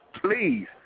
please